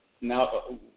now